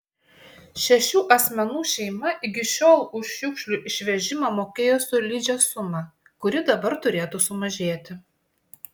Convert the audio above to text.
šešių asmenų šeima iki šiol už šiukšlių išvežimą mokėjo solidžią sumą kuri dabar turėtų sumažėti